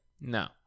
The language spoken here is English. no